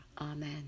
Amen